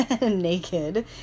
naked